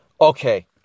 Okay